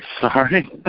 sorry